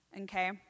okay